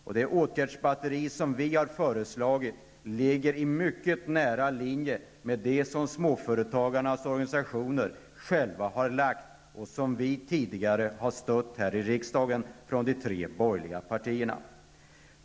Och det åtgärdsbatteri som vi har föreslagit ligger i mycket nära linje med de förslag som småföretagarnas organisationer har lagt fram och som de tre borgerliga partierna tidigare har stött.